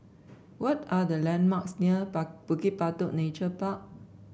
what are the landmarks near bar Bukit Batok Nature Park